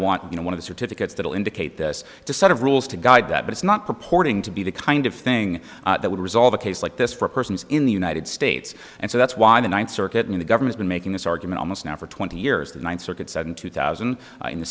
want you know one of the certificates that will indicate this to set of rules to guide that but it's not purporting to be the kind of thing that would resolve a case like this for persons in the united states and so that's why the ninth circuit and the government's been making this argument almost now for twenty years the ninth circuit said in two thousand in the